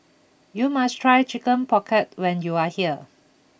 you must try Chicken Pocket when you are here